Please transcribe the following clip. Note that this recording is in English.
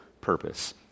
Purpose